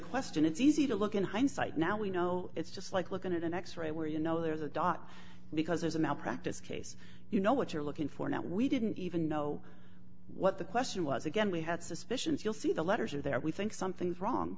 question it's easy to look in hindsight now we know it's just like looking at an x ray where you know there's a dot because there's a malpractise case you know what you're looking for that we didn't even know what the question was again we had suspicions you'll see the letters are there we think something's wrong